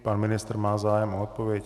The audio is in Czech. Pan ministr má zájem o odpověď?